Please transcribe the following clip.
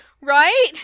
Right